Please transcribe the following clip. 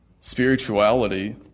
spirituality